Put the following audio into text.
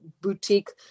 boutique